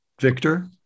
Victor